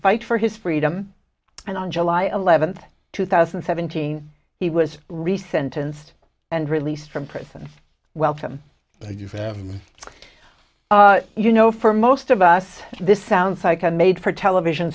fight for his freedom and on july eleventh two thousand and seventeen he was recent unst and released from prison welcome exams you know for most of us this sounds like a made for television